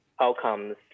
outcomes